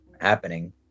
happening